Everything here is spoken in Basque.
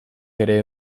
ere